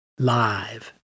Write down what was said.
live